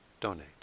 donate